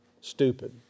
stupid